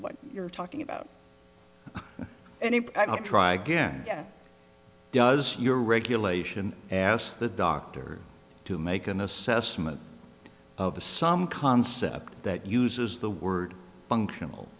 what you're talking about and if i don't try again does your regulation ask the doctor to make an assessment of the some concept that uses the word functional